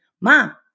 mom